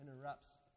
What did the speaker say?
interrupts